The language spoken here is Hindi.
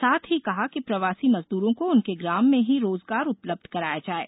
साथ ही कहा है कि प्रवासी मजदूरों को उनके ग्राम में ही रोजगार उपलब्ध कराया जाये